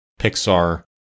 Pixar